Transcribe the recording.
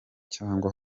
cyangwa